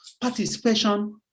participation